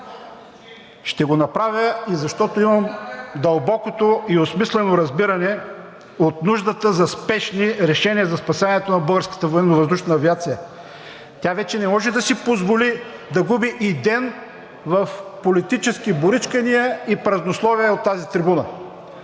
Ще го направя и защото имам дълбокото и осмислено разбиране от нуждата за спешни решения за спасяването на българската военновъздушна авиация. Тя вече не може да си позволи да губи и ден в политически боричкания и празнословия от тази трибуна.